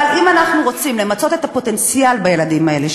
אבל אם אנחנו רוצים למצות את הפוטנציאל של הילדים האלה,